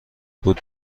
بود